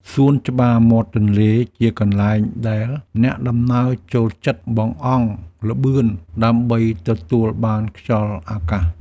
សួនច្បារមាត់ទន្លេជាកន្លែងដែលអ្នកដំណើរចូលចិត្តបង្អង់ល្បឿនដើម្បីទទួលបានខ្យល់អាកាស។